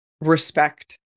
respect